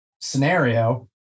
scenario